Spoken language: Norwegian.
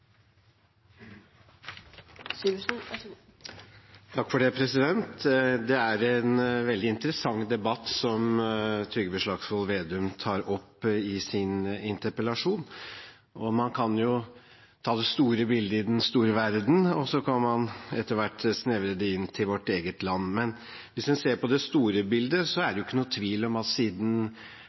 en veldig interessant debatt som Trygve Slagsvold Vedum tar opp i sin interpellasjon. Man kan ta det store bildet, den store verden, og så kan man etter hvert snevre det inn til vårt eget land. Hvis en ser på det store bildet, er det ikke noen tvil om at siden